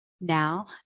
Now